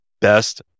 best